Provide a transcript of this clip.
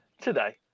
today